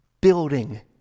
building